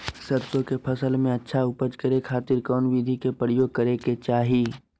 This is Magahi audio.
सरसों के फसल में अच्छा उपज करे खातिर कौन विधि के प्रयोग करे के चाही?